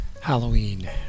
Halloween